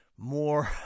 More